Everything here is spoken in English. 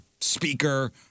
speaker